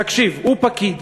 תקשיב, הוא פקיד.